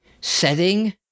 setting